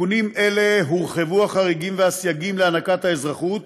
בתיקונים האלה הורחבו החריגים והסייגים למתן אזרחות